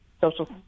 social